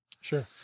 Sure